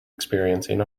experiencing